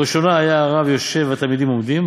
ובראשונה היה הרב יושב והתלמידים עומדים,